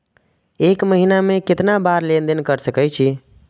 एक महीना में केतना बार लेन देन कर सके छी?